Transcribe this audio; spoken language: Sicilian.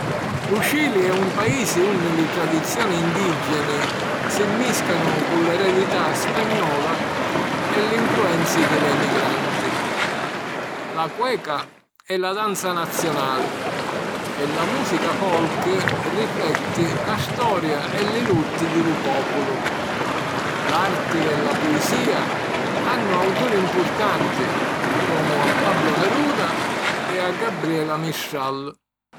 Lu Cili è un paisi unni li tradizioni indìgeni si mmìscanu cu l’eredità spagnola e l’influenzi di l’emigranti. La cueca è la danza nazionali, e la mùsica folk rifletti la storia e li lutti di lu pòpulu. L’arti e la puisìa hannu auturi mpurtanti comu a Pablo Neruda e a Gabriela Mistral.